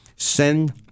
Send